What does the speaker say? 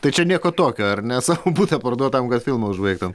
tai čia nieko tokio ar ne savo butą parduot tam kad filmą užbaigtum